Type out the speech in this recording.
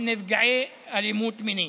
שהם נפגעי אלימות מינית.